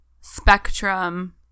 spectrum